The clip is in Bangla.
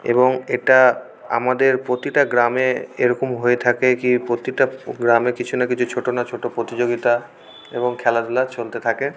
এবং এটা আমাদের প্রতিটা গ্রামে এরকম হয়ে থাকে কি প্রতিটা গ্রামে কিছু না কিছু ছোটো না ছোটো প্রতিযোগিতা এবং খেলাধুলা চলতে থাকে